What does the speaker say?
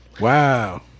Wow